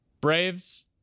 Braves